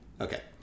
Okay